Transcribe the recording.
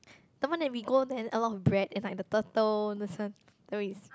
the one that we go then a lot of bread and like the turtle this one then we